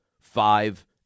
five